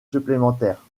supplémentaire